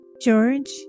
George